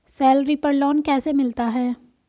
Salary पर loan कैसे मिलता है?